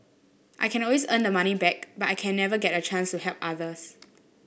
I can always earn the money back but I can never get a chance to help others